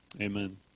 amen